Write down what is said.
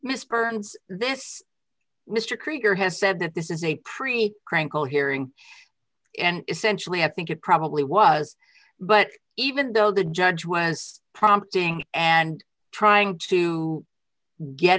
miss byrnes this mr krieger has said that this is a pre prank call hearing and essentially i think it probably was but even though the judge was prompting and trying to get